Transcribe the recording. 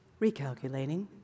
recalculating